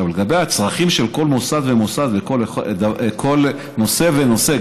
לגבי הצרכים של כל מוסד ומוסד וכל נושא ונושא,